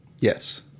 Yes